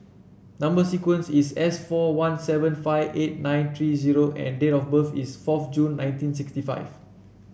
number sequence is S four one seven five eight nine three zero and date of birth is fourth June nineteen sixty five